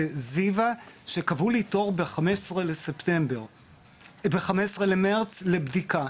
וזיוה שקבעו לי תור ב-15 במרץ לבדיקה